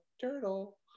turtle